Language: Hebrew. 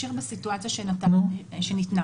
אמשיך בסיטואציה שניתנה.